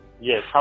Yes